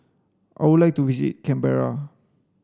I would like to visit Canberra